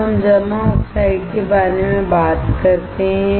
अब हम जमा ऑक्साइड के बारे में बात करते हैं